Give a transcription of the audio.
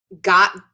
got –